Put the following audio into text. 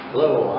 Hello